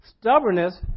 stubbornness